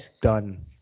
done